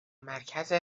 مرکز